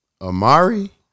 Amari